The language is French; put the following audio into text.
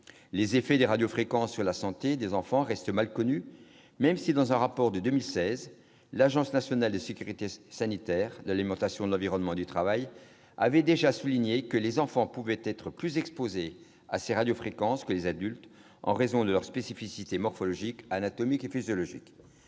Les effets des radiofréquences sur la santé des enfants restent mal connus, mais, dans un rapport de 2016, l'Agence nationale de sécurité sanitaire de l'alimentation, de l'environnement et du travail, l'ANSES, a déjà souligné que les enfants pouvaient être plus exposés à ces radiofréquences que les adultes, en raison de leurs spécificités morphologiques, anatomiques et physiologiques.